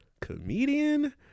Comedian